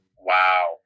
Wow